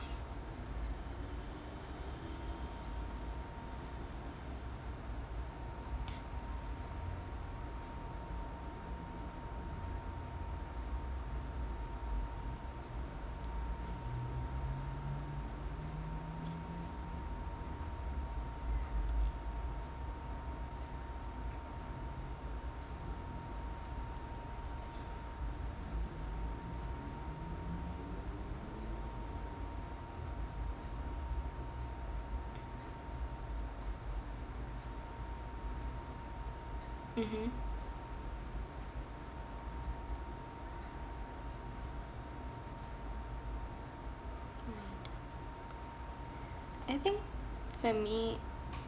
mmhmm right I think for me